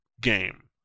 game